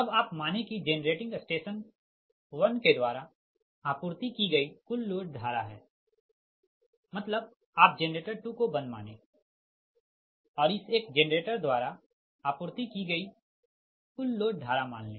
अब आप मानें कि जेन रेटिंग स्टेशन 1 के द्वारा आपूर्ति की गई कुल लोड धारा है l मतलब आप जेनरेटर 2 को बंद मानें और इस एक जेनरेटर द्वारा आपूर्ति की गई कुल लोड धारा मान ले